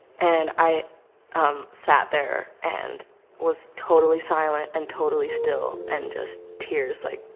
and i sat there and was totally silent and totally still and just tears like,